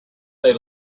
they